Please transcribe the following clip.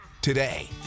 today